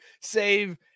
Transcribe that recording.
save